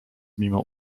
mimo